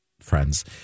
friends